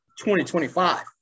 2025